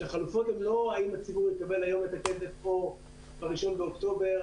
שהחלופות הן לא האם הציבור יקבל היום את הכסף או בראשון לאוקטובר.